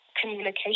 communication